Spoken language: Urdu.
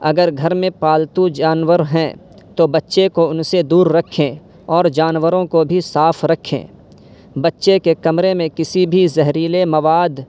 اگر گھر میں پالتو جانور ہیں تو بچے کو ان سے دور رکھیں اور جانوروں کو بھی صاف رکھیں بچے کے کمرے میں کسی بھی زہریلے مواد